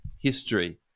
history